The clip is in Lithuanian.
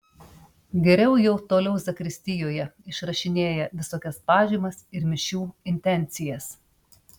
geriau jau toliau zakristijoje išrašinėja visokias pažymas ir mišių intencijas